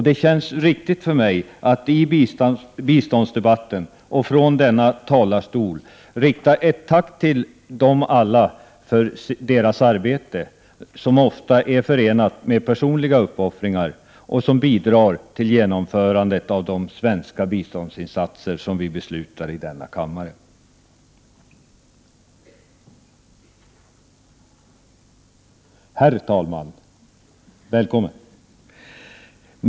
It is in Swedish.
Det känns riktigt för mig att i biståndsdebatten och från denna talarstol rikta ett tack till alla som genom sitt arbete, ofta förenat med personliga uppoffringar, bidrar till genomförandet av de svenska biståndsinsatser som vi beslutar i denna kammare. Herr talman — välkommen!